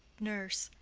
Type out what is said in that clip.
nurse.